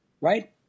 right